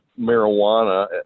marijuana